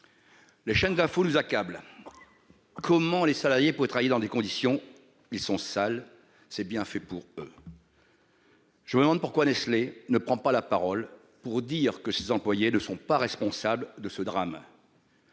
Les chaînes d'info nous accable. Comment les salariés pour travailler dans des conditions ils sont sales, c'est bien fait pour eux. Je me demande pourquoi Nestlé ne prend pas la parole pour dire que ces employés ne sont pas responsables de ce drame.